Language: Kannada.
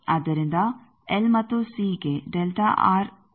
ಆದ್ದರಿಂದ ಎಲ್ ಮತ್ತು ಸಿಗೆ ಆಗಿದೆ